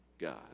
god